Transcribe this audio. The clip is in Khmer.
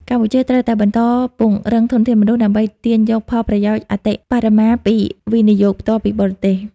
កម្ពុជាត្រូវតែបន្តពង្រឹងធនធានមនុស្ស ដើម្បីទាញយកផលប្រយោជន៍អតិបរមាពី វិនិយោគផ្ទាល់ពីបរទេស។